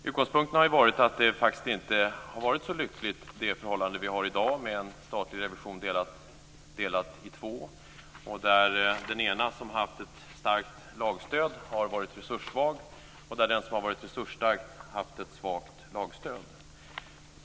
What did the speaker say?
Utgångspunkten har varit att det förhållande vi har i dag inte har varit så lyckligt, med en statlig revision som är delad i två. Den ena har haft ett starkt lagstöd men varit resurssvag, och den andra har varit resursstark men haft ett svagt lagstöd.